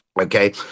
Okay